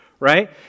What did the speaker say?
right